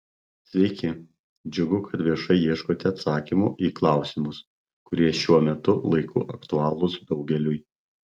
sveiki džiugu kad viešai ieškote atsakymų į klausimus kurie šiuo metų laiku aktualūs daugeliui